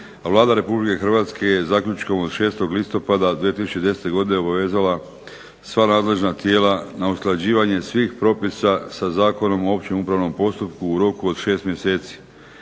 Vlada Republike Hrvatske je zaključkom od 6. listopada 2010. godine obavezala sva nadležna tijela na usklađivanje svih propisa sa Zakonom o općem upravnom postupku u roku od 6 mjeseci.